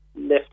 left